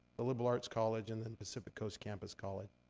the liberal arts college and the and pacific coast campus college.